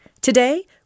Today